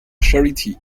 charity